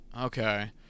okay